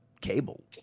cable